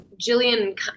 Jillian